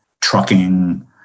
trucking